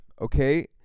okay